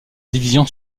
division